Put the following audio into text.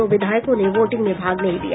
दो विधायकों ने वोटिंग में भाग नहीं लिया